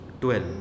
12